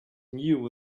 knew